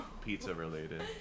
pizza-related